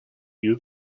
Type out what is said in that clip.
you